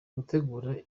gutegura